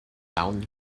down